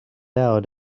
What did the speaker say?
out